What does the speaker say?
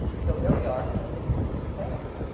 so there we are, and the thing has failed.